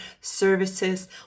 services